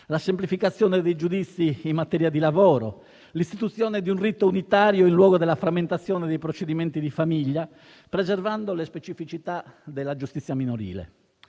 alla semplificazione dei giudizi in materia di lavoro e all'istituzione di un rito unitario in luogo della frammentazione dei procedimenti di famiglia, preservando le specificità della giustizia minorile.